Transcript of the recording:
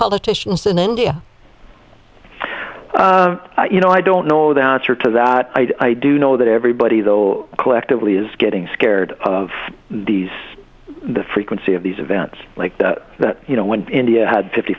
politicians in india you know i don't know the answer to that i do know that everybody though collectively is getting scared of these the frequency of these events like you know when india had fifty